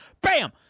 BAM